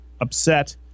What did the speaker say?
upset